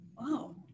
wow